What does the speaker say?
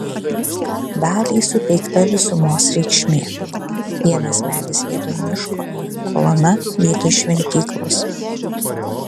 daliai suteikta visumos reikšmė vienas medis vietoj miško kolona vietoj šventyklos